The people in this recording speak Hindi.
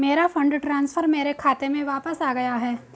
मेरा फंड ट्रांसफर मेरे खाते में वापस आ गया है